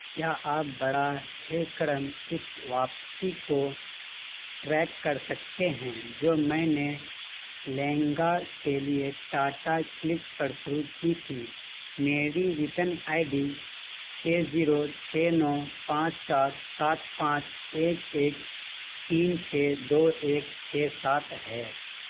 کیا آپ براہ کرم اس واپسی کو ٹریک کر سکتے ہیں جو میں نے لہنگا کے لیے ٹاٹا کلک پر شروع کی تھی میری ریٹن آئی ڈی چھ زیرو چھ نو پانچ چار سات پانچ ایک ایک تین چھ دو ایک چھ سات ہے